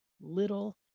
little